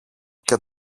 και